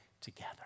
together